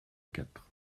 quatre